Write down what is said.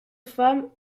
femme